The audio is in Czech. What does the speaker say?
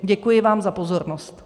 Děkuji vám za pozornost.